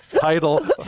title